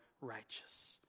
righteous